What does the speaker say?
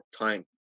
time